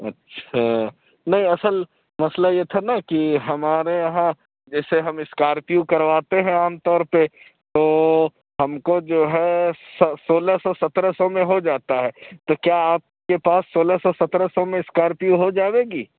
اچھا نہیں اصل مسئلہ یہ تھا نا کہ ہمارے یہاں جیسے ہم اسکارپیو کرواتے ہیں عام طور پہ تو ہم کو جو ہے سولہ سو سترہ سو میں ہو جاتا ہے تو کیا آپ کے پاس سولہ سو سترہ سو میں اسکارپیو ہو جایے گی